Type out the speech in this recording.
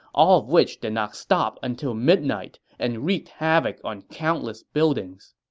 all of which did not stop until midnight and wreaked havoc on countless buildings